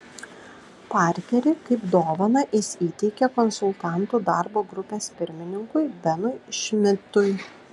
parkerį kaip dovaną jis įteikė konsultantų darbo grupės pirmininkui benui šmidtui